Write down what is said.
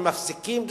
ומפסיקים,